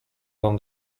wam